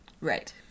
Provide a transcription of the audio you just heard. Right